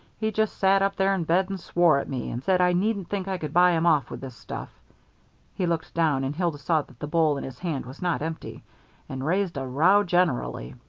he just sat up there in bed and swore at me, and said i needn't think i could buy him off with this stuff he looked down and hilda saw that the bowl in his hand was not empty and raised a row generally.